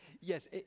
Yes